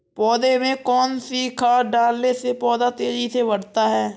पौधे में कौन सी खाद डालने से पौधा तेजी से बढ़ता है?